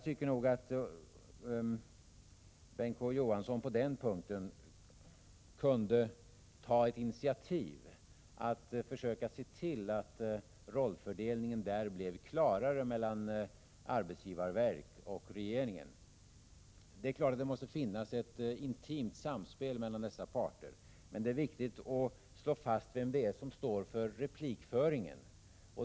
Bengt K. Å. Johansson borde ta initiativ till att försöka få till stånd en klarare rollfördelning mellan arbetsgivarverket och regeringen. Det är klart att det måste finnas ett intimt samspel mellan dessa parter, men det är viktigt att slå fast vem det är som står för replikföringen.